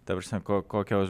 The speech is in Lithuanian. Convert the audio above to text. ta prasme ko kokios